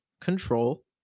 control